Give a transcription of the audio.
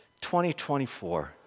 2024